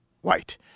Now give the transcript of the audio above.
White